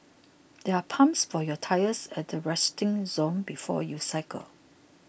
there are pumps for your tyres at the resting zone before you cycle